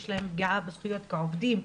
יש להם פגיעה בזכויות כעובדים,